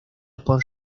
por